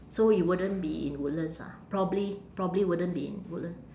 so it wouldn't be in woodlands ah probably probably wouldn't be in woodland